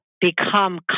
become